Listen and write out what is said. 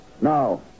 No